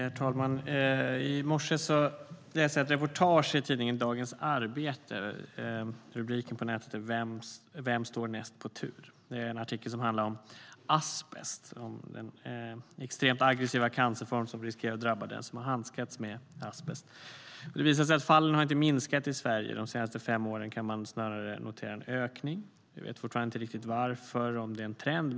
Herr talman! I morse läste jag ett reportage i tidningen Dagens Arbete. Rubriken på nätet är "Vem står näst på tur?" Det är en artikel som handlar om asbest och den extremt aggressiva cancerform som riskerar att drabba den som har handskats med asbest. Det visar sig att de fallen inte har minskat i Sverige. De senaste fem åren kan man snarare notera en ökning. Vi vet fortfarande inte riktigt varför och om det är en trend.